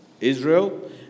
Israel